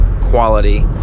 quality